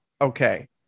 okay